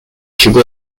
提供